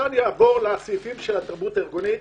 אעבור לסעיפי התרבות הארגונית,